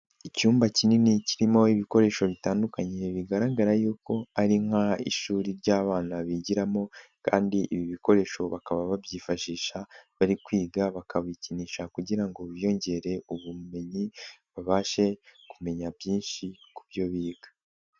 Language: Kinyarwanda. Icyumba kinini kirimo ibikoresho bitandukanye bigaragara yuko ari nk'ishuri ry'abana bigiramo kandi ibi bikoresho bakaba babyifashisha bari kwiga bakabikinisha kugira ngo biyongere ubumenyi, babashe kumenya byinshi ku byo biga.